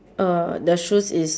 uh the shoes is